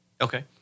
Okay